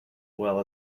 well